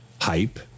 hype